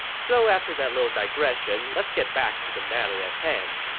so after that little digression, let's get back to the matter at hand.